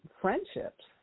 friendships